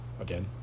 Again